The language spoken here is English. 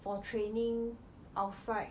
for training outside